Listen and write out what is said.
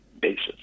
basis